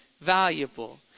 valuable